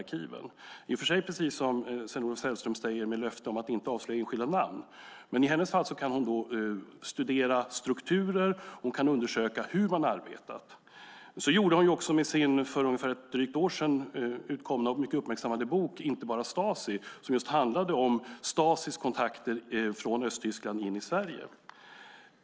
Det var i och för sig, precis som Sven-Olof Sällström säger, med löfte om att inte avslöja enskilda namn. I hennes fall kan hon studera strukturer och undersöka hur Stasi arbetade. Så gjorde hon med sin för drygt ett år sedan utkomna och mycket uppmärksammade bok Inte bara Stasi , som handlade om Stasis kontakter från Östtyskland in i Sverige.